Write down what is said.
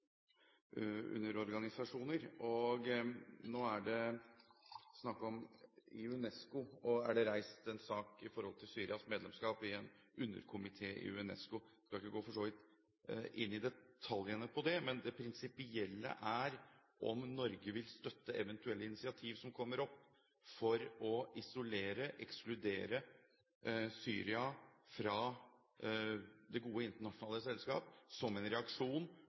Det er reist en sak i en underkomité i UNESCO om Syrias medlemskap der. Jeg skal for så vidt ikke gå inn i detaljene her. Men det prinsipielle er: Vil Norge støtte eventuelle initiativ som kommer opp for å isolere og ekskludere Syria fra det gode internasjonale selskap, som en reaksjon